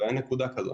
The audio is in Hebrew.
אין נקודה כזו.